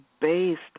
based